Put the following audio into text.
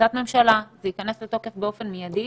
בהחלטת ממשלה זה ייכנס לתוקף מידי,